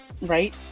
right